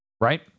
right